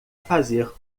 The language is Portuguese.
fazer